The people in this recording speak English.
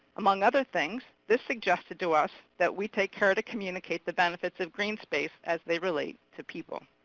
among other things, this suggested to us that we take care to communicate the benefits of green space as they relate to people.